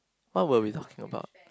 what were we talking about